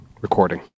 recording